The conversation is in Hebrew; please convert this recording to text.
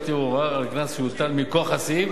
ערעור או ערר על קנס שהוטל מכוח הסעיף